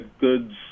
goods